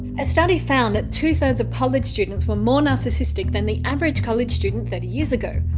a study found that two thirds of college students were more narcissistic than the average college student thirty years ago.